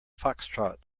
foxtrot